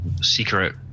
secret